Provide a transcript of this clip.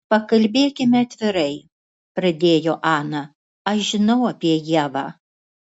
pakalbėkime atvirai pradėjo ana aš žinau apie ievą